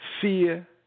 fear